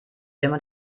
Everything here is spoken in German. immer